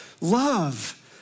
love